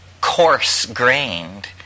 coarse-grained